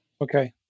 Okay